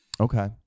Okay